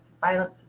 violence